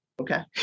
Okay